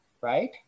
right